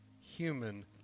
human